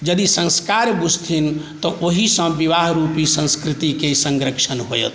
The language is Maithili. जदी संस्कार बुझथिन तऽ ओहि सं विवाहरुपी संस्कृति के संरक्षण होयत